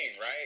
right